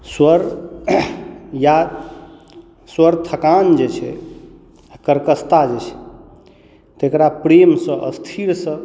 स्वर या स्वर थकान जे छै आ कर्कशता जे छै तेकरा प्रेमसँ स्थिरसँ